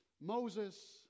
Moses